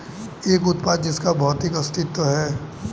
एक उत्पाद जिसका भौतिक अस्तित्व है?